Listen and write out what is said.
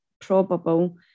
probable